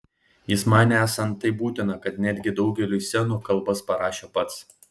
jis manė esant taip būtina kad netgi daugeliui scenų kalbas parašė pats